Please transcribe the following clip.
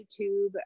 YouTube